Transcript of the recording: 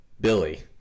Billy